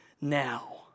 now